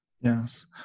Yes